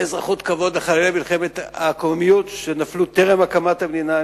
אזרחות כבוד לחללי מלחמת הקוממיות שנפלו טרם הקמת המדינה,